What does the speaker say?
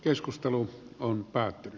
keskustelu on päättynyt